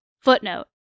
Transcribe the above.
Footnote